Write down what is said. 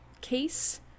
case